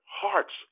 hearts